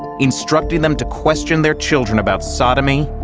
instructing them to question their children about sodomy,